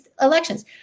elections